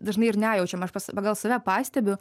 dažnai ir nejaučiam aš pas pagal save pastebiu